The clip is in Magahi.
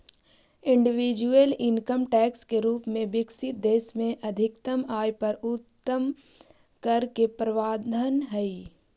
इंडिविजुअल इनकम टैक्स के रूप में विकसित देश में अधिकतम आय पर उच्चतम कर के प्रावधान हई